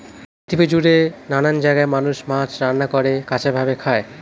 পৃথিবী জুড়ে নানান জায়গায় মানুষ মাছ রান্না করে, কাঁচা ভাবে খায়